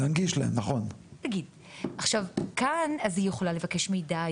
אז כאן היא יכולה לבקש מידע,